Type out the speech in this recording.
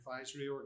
advisory